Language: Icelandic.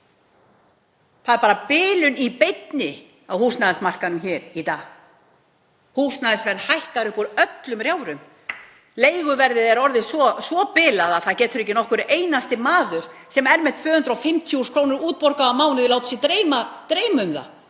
Það er bilun í beinni á húsnæðismarkaðnum í dag. Húsnæðisverð hækkar upp úr öllum rjáfrum. Leiguverðið er orðið svo bilað að ekki nokkur einasti maður sem er með 250.000 kr. útborgaðar á mánuði getur látið sig dreyma um að